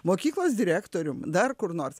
mokyklos direktorium dar kur nors